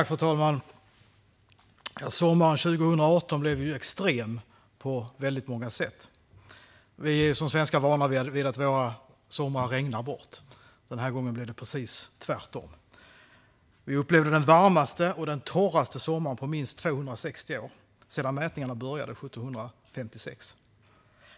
Fru talman! Sommaren 2018 blev extrem på många sätt. Vi svenskar är vana vid att våra somrar regnar bort. Den här gången blev det precis tvärtom. Vi upplevde den varmaste och torraste sommaren på minst 260 år, sedan mätningarna började 1756.